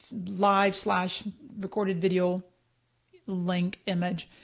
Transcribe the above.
live slash recorded video link image.